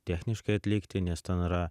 techniškai atlikti nes ten yra